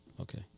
okay